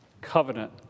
covenant